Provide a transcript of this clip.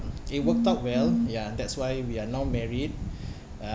it worked out well ya that's why we are now married uh